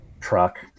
truck